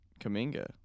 kaminga